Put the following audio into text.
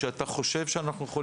שאתה חושב שהוא שנדרש,